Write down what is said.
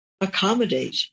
accommodate